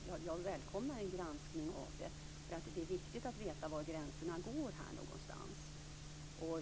Så jag välkomnar en granskning av det, för det är viktigt att veta var gränserna går någonstans.